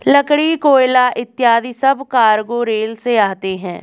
लकड़ी, कोयला इत्यादि सब कार्गो रेल से आते हैं